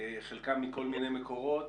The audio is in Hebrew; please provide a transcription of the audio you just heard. חלקם מכל מיני מקורות.